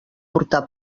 portar